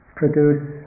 produce